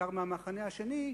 בעיקר מהמחנה השני,